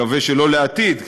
אני מקווה שלא לעתיד,